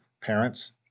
parents